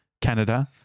Canada